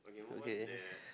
okay